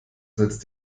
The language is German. setzt